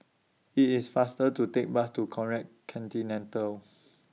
IT IS faster to Take Bus to Conrad Centennial